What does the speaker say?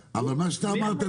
מה שאמרת,